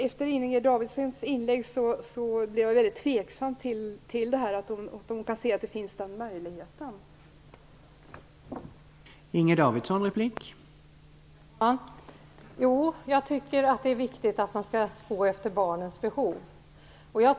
Efter Inger Davidsons inlägg blev jag väldigt tveksam till att hon kan se att den möjligheten finns.